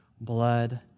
blood